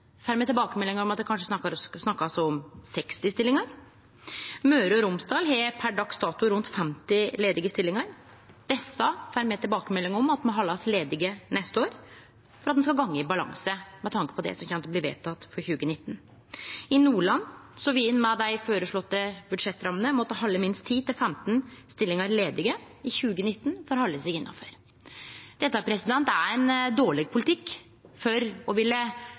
me tilbakemeldingar om at det er snakk om kanskje 60 stillingar. Møre og Romsdal har per dags dato rundt 50 ledige stillingar. Desse får me tilbakemelding om at må haldast ledige neste år for at ein skal gå i balanse, med tanke på det som kjem til å bli vedteke for 2019. I Nordland vil ein med dei føreslåtte budsjettrammene måtte halde minst 10–15 stillingar ledige i 2019 for å halde seg innanfor. Dette er ein dårleg politikk for å